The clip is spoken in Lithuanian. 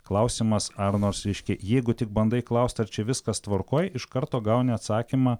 klausimas ar nors reiškia jeigu tik bandai klaust ar čia viskas tvarkoj iš karto gauni atsakymą